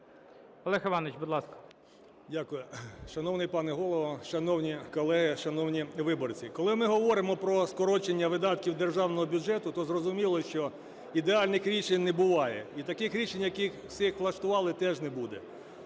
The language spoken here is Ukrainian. Олег Іванович, будь ласка.